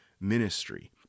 ministry